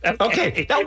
Okay